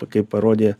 kaip parodė